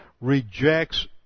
rejects